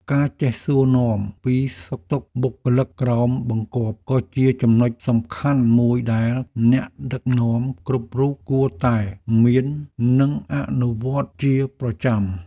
ការចេះសួរនាំពីសុខទុក្ខបុគ្គលិកក្រោមបង្គាប់ក៏ជាចំណុចសំខាន់មួយដែលអ្នកដឹកនាំគ្រប់រូបគួរតែមាននិងអនុវត្តជាប្រចាំ។